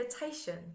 meditation